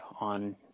on